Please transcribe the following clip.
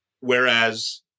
Whereas